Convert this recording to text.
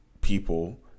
people